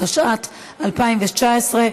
התשע"ט 2019,